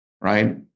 right